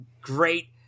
great